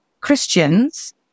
Christians